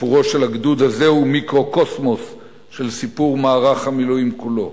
סיפורו של הגדוד הזה הוא מיקרוקוסמוס של סיפור מערך המילואים כולו.